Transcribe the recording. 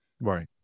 right